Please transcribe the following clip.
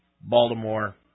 Baltimore